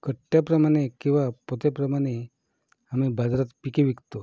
कट्ट्याप्रमाणे किंवा पोत्याप्रमाणे आम्ही बाजारात पिके विकतो